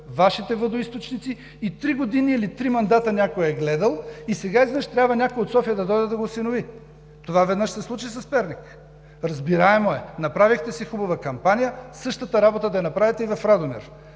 Вашите водоизточници. Три години или три мандата някой е гледал и сега изведнъж трябва някой от София да дойде да го осинови. Това веднъж се случи с Перник. Разбираемо е – направихте си хубава кампания, същата работа да направите и в Радомир,